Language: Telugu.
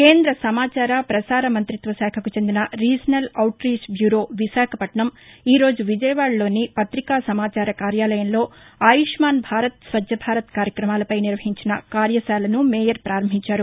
కేంద్ర సమాచార పసార మంతిత్వ శాఖకు చెందిన regional outreach bureau Visakhapatnam ఈ రోజు విజయవాదలోని పత్రికా సమాచార కార్యాలయంలో ఆయుష్నాన్ భారత్ స్వచ్చ భారత్ కార్యక్రమాలపై నిర్వహించిన కార్యశాలను మేయర్ పారంభించారు